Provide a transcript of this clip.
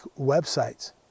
websites